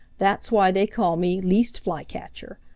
that's why they call me least flycatcher.